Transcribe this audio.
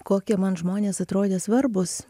kokie man žmonės atrodė svarbūs